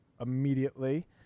immediately